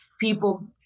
people